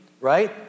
right